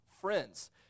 friends